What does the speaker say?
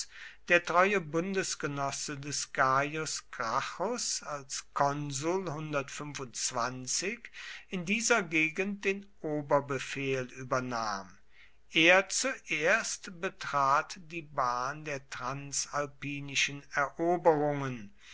der treue bundesgenosse des gaius gracchus als konsul in dieser gegend den oberbefehl übernahm er zuerst betrat die bahn der transalpinischen eroberungen